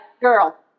girl